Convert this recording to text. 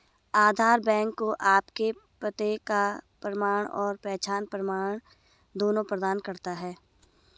आधार bank को आपके पते का प्रमाण और पहचान प्रमाण दोनों प्रदान करता है